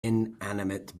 inanimate